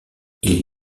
ils